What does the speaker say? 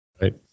Right